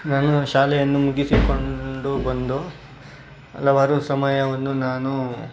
ನಾನು ಶಾಲೆಯನ್ನು ಮುಗಿಸಿಕೊಂಡು ಬಂದು ಹಲವಾರು ಸಮಯವನ್ನು ನಾನು